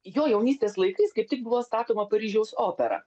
jo jaunystės laikais kaip tik buvo statoma paryžiaus opera